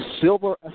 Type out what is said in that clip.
silver